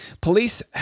Police